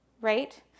right